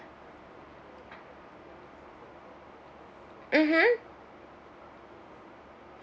mmhmm